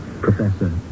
Professor